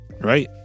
Right